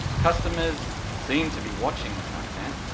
customers seem to be watching the content,